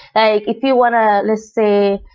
like if you want to, let's say,